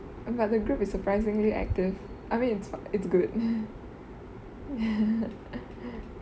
but the group is surprisingly active I mean it's it's good